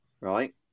Right